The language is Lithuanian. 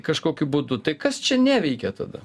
kažkokiu būdu tai kas čia neveikia tada